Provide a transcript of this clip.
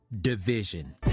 division